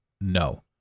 No